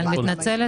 מסלול.